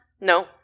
No